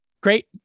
great